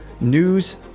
news